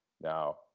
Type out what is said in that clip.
now